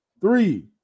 three